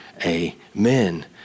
Amen